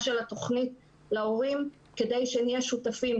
של התוכנית להורים כדי שנהיה שותפים,